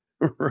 Right